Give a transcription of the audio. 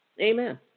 Amen